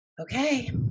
okay